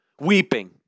weeping